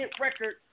record